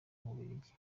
bubiligi